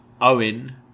Owen